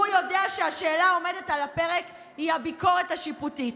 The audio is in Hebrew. הוא יודע שהשאלה העומדת על הפרק היא הביקורת השיפוטית.